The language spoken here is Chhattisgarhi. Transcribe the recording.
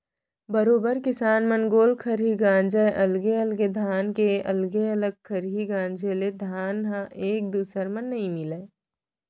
बरोबर किसान मन गोल खरही गांजय अलगे अलगे धान के अलगे अलग खरही गांजे ले धान ह एक दूसर म नइ मिलय